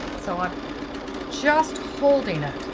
so i'm just holding it.